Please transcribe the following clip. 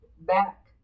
back